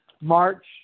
March